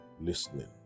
listening